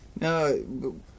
No